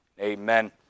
Amen